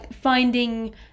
finding